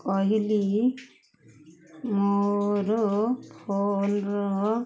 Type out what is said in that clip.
କହିଲି ମୋର ଫୋନର